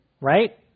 right